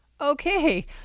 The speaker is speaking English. Okay